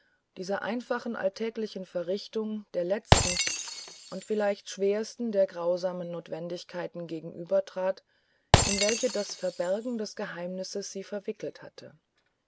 dieser einfachen alltäglichen verrichtung der letzten und vielleicht schwersten der grausamen notwendigkeiten gegenübertrat in welche das verbergen des geheimnisses sie verwickelt hatte